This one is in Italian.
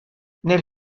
nel